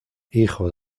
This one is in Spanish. hijo